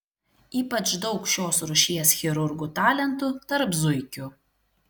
ypač daug šios rūšies chirurgų talentų tarp zuikių